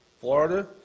Florida